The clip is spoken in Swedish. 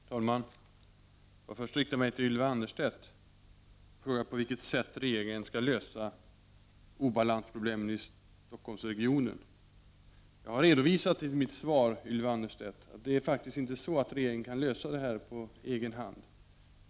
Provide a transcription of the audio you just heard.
Herr talman! Jag vill först rikta mig till Ylva Annerstedt, som frågade på vilket sätt regeringen skall lösa obalansproblemen i Stockholmsregionen. Jag har redovisat i mitt svar, Ylva Annerstedt, att det inte är så att regeringen kan lösa dessa problem på egen hand.